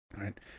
Right